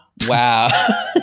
Wow